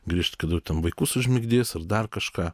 grįžt kada jau ten vaikus užmigdys ir dar kažką